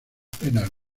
apenas